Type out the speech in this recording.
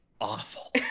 awful